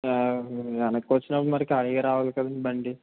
వెనక్కి వచ్చినప్పుడు మరి ఖాళీగా రావాలి కదండీ బండి